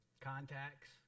contacts